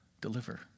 deliver